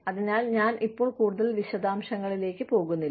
അതിനാൽ ഞാൻ ഇപ്പോൾ കൂടുതൽ വിശദാംശങ്ങളിലേക്ക് പോകുന്നില്ല